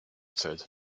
zählt